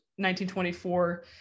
1924